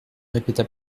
répéta